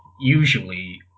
usually